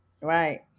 Right